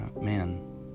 man